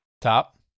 Top